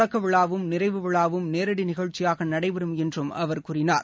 தொடக்க விழாவும் நிறைவு விழாவும் நேரடி நிகழ்ச்சியாக நடைபெறும் என்று அவர் கூறினார்